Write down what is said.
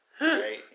Right